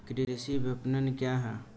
कृषि विपणन क्या है?